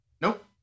Nope